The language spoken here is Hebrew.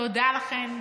תודה לכן.